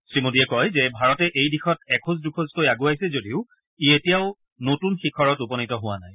শ্ৰীমোডীয়ে কয় যে ভাৰতে এই দিশত এপদ এপদ আগুৱাইছে যদিও ই এতিয়াও নতন শিখৰত উপনীত হোৱা নাই